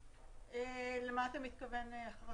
למה אתה מתכוון בהחרגות?